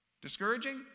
Discouraging